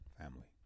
family